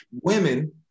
women